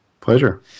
Pleasure